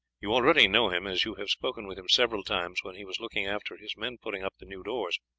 you already know him, as you have spoken with him several times when he was looking after his men putting up the new doors.